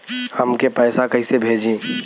हमके पैसा कइसे भेजी?